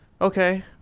Okay